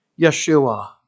Yeshua